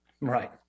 Right